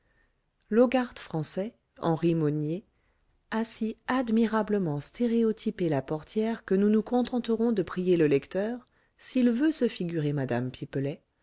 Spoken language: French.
l'hogarth français henri monnier a si admirablement stéréotypé la portière que nous nous contenterons de prier le lecteur s'il veut se figurer mme pipelet